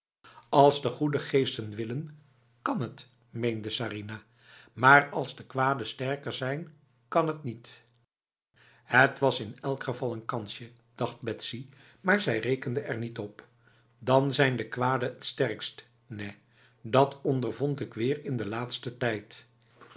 als de goede geesten willen kan het meende sarinah maar als de kwade sterker zijn kan het nietf het was in elk geval een kansje dacht betsy maar zij rekende er niet op dan zijn de kwade het sterkst nèh dat ondervond ik weer in de laatste tijdf